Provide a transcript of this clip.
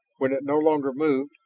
when it no longer moved,